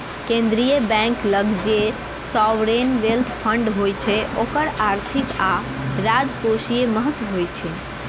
केंद्रीय बैंक लग जे सॉवरेन वेल्थ फंड होइ छै ओकर आर्थिक आ राजकोषीय महत्व होइ छै